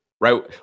right